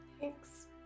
Thanks